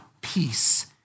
peace